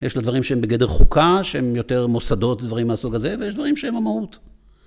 יש לו דברים שהם בגדר חוקה שהם יותר מוסדות דברים מהסוג הזה ויש דברים שהם המהות.